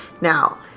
Now